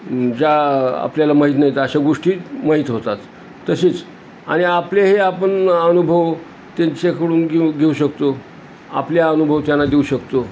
ज्या आपल्याला माहीत नाहीत अशा गोष्टी माहीत होतात तसेच आणि आपले हे आपण अनुभव त्यांच्याकडून घेऊ घेऊ शकतो आपले अनुभव त्यांना देऊ शकतो